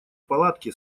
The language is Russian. палатки